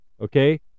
okay